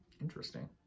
Interesting